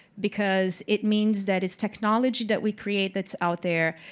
because it means that it's technology that we create that's out there.